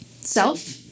self